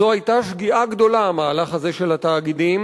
זו היתה שגיאה גדולה, המהלך הזה של התאגידים,